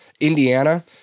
Indiana